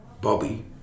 Bobby